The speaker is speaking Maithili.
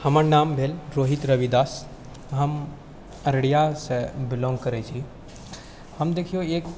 हमर नाम भेल रोहित रविदास हम अररियासँ बिलॉन्ग करै छी हम देखिऔ एक